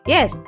Yes